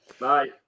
bye